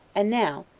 and now,